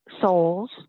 souls